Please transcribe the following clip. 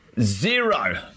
Zero